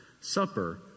Supper